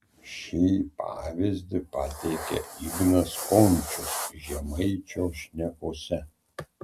šį pavyzdį pateikia ignas končius žemaičio šnekose